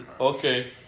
okay